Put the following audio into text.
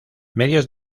medios